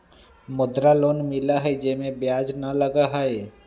मुद्रा लोन मिलहई जे में ब्याज न लगहई?